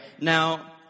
Now